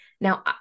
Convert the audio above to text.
Now